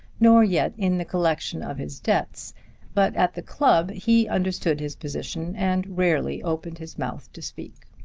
nor yet in the collection of his debts but at the club he understood his position, and rarely opened his mouth to speak.